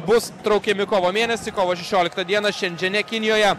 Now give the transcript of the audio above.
bus traukiami kovo mėnesį kovo šešioliktą dieną šiandžiane kinijoje